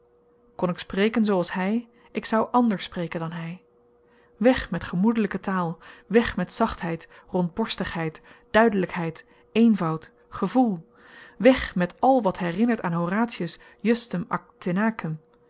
kon ik spreken zooals hy ik zou ànders spreken dan hy weg met gemoedelyke taal weg met zachtheid rondborstigheid duidelykheid eenvoud gevoel weg met al wat herinnert aan horatius